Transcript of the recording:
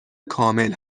کامل